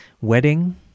wedding